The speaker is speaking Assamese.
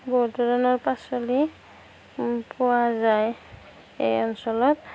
বহুধৰণৰ পাচলি পোৱা যায় এই অঞ্চলত